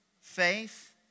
Faith